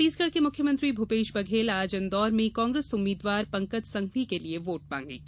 छत्तीसगढ़ के मुख्यमंत्री भूपेश बघेल आज इन्दौर में कांग्रेस उम्मीदवार पंकज संघवी के लिये वोट मागेंगे